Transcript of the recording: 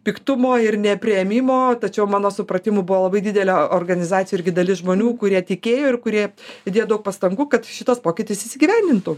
piktumo ir nepriėmimo tačiau mano supratimu buvo labai didelė organizacijoj irgi dalis žmonių kurie tikėjo ir kurie įdėjo daug pastangų kad šitas pokytis įsigyvendintų